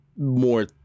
more